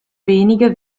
wenige